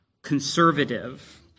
conservative